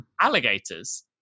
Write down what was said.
alligators